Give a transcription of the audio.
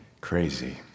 crazy